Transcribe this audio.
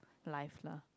life lah